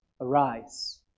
arise